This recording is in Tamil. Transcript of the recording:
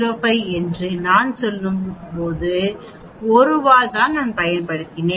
05 என்று நான் சொன்னபோது மன்னிக்கவும் 1 வால் நான் பயன்படுத்தினேன்